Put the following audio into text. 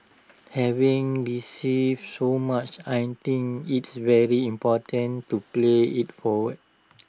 having received so much I think it's very important to pay IT forward